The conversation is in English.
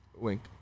Wink